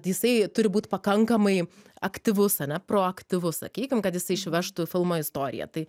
jisai turi būt pakankamai aktyvus ane proaktyvus sakykim kad jisai išvežtų filmo istoriją tai